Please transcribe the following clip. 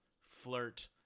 flirt